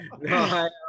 No